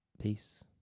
Peace